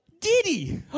Diddy